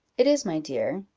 it is, my dear,